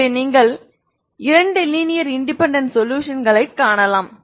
எனவே நீங்கள் இரண்டு லீனியர் இன்டெபேன்டென்ட் சொலுஷன்களைக் காணலாம்